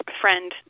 friend